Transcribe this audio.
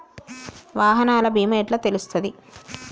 వాహనాల బీమా ఎట్ల తెలుస్తది?